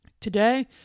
Today